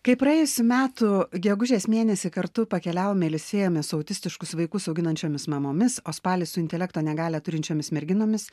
kai praėjusių metų gegužės mėnesį kartu pakeliavome ilsėjomės su autistiškus vaikus auginančiomis mamomis o spalį su intelekto negalią turinčiomis merginomis